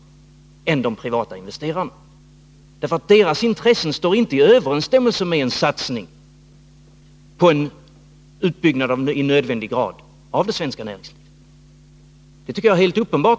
De privata investerarnas intressen gäller ju inte en satsning i tillräcklig omfattning på det svenska näringslivet.